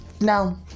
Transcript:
no